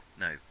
No